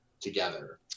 together